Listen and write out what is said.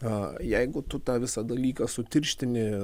a jeigu tu tą visą dalyką sutirštini